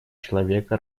человека